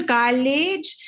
college